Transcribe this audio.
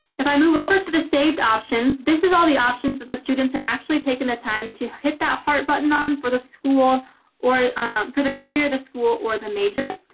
if i move over to the saved options, this is all the options that the students have actually taken the time to hit that heart button um for the school or for the career the school or the major.